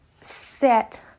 set